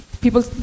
people